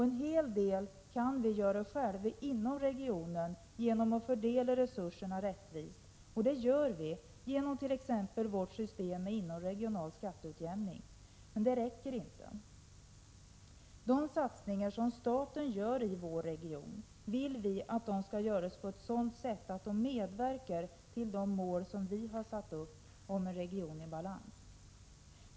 En hel del kan vi göra själva inom regionen genom att fördela resurserna rättvist. Det gör vi t.ex. genom vårt system med inomregional skatteutjämning. Men det räcker inte. De satsningar som staten gör i vår region vill vi skall göras på ett sådant sätt att de medverkar till de mål vi har satt upp i fråga om en region i balans.